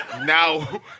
now